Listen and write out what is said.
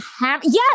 Yes